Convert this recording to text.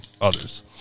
others